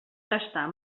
gastar